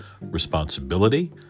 responsibility